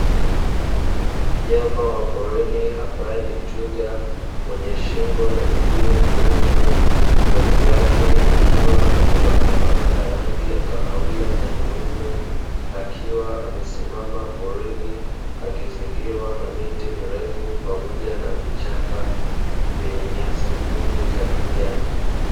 Mnyama wa porini ambaye ni twiga mwenye shingo na miguu mirefu, ngozi yake ikiwa na mabakabaka ya rangi ya kahawia na nyeupe, akiwa amesimama porini akizingirwa na miti mirefu pamoja na vichaka vyenye nyasi fupi za kijani.